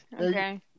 okay